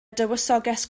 dywysoges